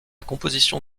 composition